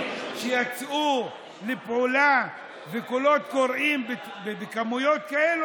שיצאו לפעולה וקולות קוראים בכמויות כאלה,